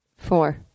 Four